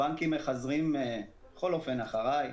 הבנקים מחזרים, בכל אופן אחרי,